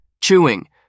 Chewing